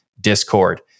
discord